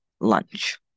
lunch